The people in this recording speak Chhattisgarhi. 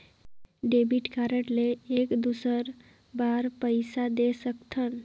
डेबिट कारड ले एक दुसर बार पइसा दे सकथन?